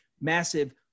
massive